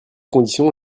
conditions